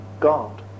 God